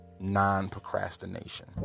non-procrastination